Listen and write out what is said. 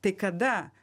tai kada